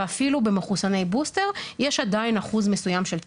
ואפילו במחוסני בוסטר יש עדיין אחוז מסוים של תחלואה.